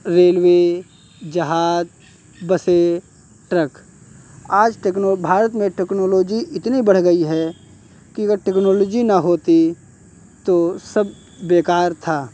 railway जहाज बसें truck आज टेक्नो भारत में टेक्नोलॉजी इतनी बढ़ गई है कि अगर टेक्नोलॉजी ना होती तो सब बेकार था